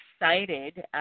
excited